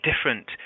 different